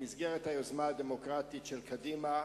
במסגרת היוזמה הדמוקרטית של קדימה,